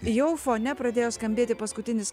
jau fone pradėjo skambėti paskutinis